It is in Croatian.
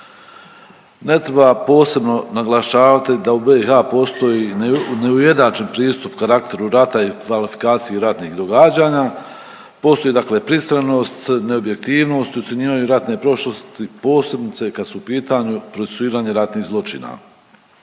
Ne treba posebno naglašavati da u BiH postoji neuje… neujednačen pristup karakteru rata i kvalifikaciji ratnih događanja. Postoji dakle pristranost, neobjektivnost u ocjenjivanju ratne prošlosti posebice kad su u pitanju procesuiranje ratnih zločina.